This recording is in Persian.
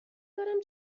دارم